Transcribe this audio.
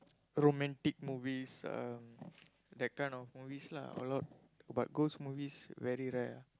romantic movies uh that kind of movies lah a lot but ghost movies very rare ah